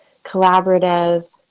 collaborative